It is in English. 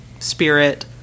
spirit